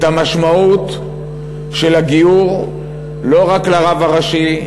את המשמעות של הגיור לא רק לרב הראשי,